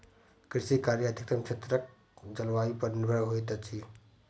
कृषि कार्य अधिकतम क्षेत्रक जलवायु पर निर्भर होइत अछि